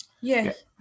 Yes